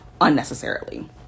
unnecessarily